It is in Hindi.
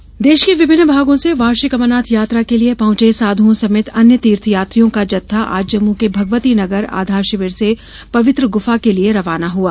अमरनाथ यात्रा देश के विभिन्न भागों से वार्षिक अमरनाथ यात्रा के लिये पहंचे साध्ओं समेत अन्य तीर्थयात्रियों का जत्था आज जम्मू के भगवती नगर आधार शिविर से पवित्र गुफा के लिये रवाना हुआ